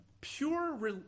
Pure